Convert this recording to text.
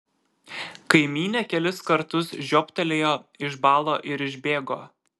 kaimynė kelis kartus žiobtelėjo išbalo ir išbėgo